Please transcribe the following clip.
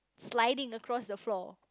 sliding across the floor